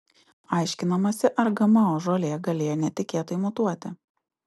aiškinamasi ar gmo žolė galėjo netikėtai mutuoti